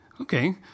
Okay